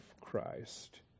Christ